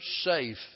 safe